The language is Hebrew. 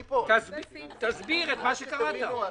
אני אסביר עד שתבינו הכול.